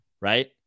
Right